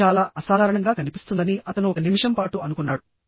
ఇది చాలా అసాధారణంగా కనిపిస్తుందని అతను ఒక నిమిషం పాటు అనుకున్నాడు